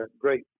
great